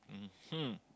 mmhmm